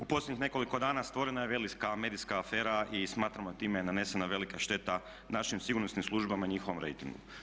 U posljednjih nekoliko dana stvorena je velika medijska afera i smatramo time je nanesena velika šteta našim sigurnosnim službama i njihovim rejtingu.